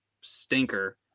stinker